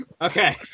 Okay